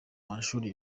mashuri